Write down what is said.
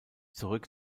zurück